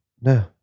no